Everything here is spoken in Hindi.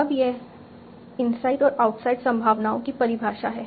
अब यह इनसाइड और आउटसाइड संभावनाओं की परिभाषा है